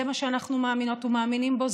זה מה שאנחנו מאמינות ומאמינים בו,